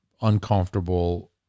uncomfortable